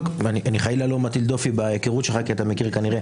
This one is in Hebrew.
אני חלילה לא מטיל דופי בהיכרותך כי אתה מכיר כנראה